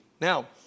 Now